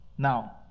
Now